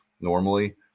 normally